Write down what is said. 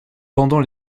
pendant